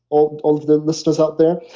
all all of the listeners out there,